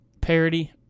parody